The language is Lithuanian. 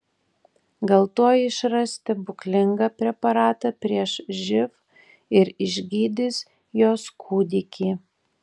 gal tuoj išras stebuklingą preparatą prieš živ ir išgydys jos kūdikį